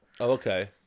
Okay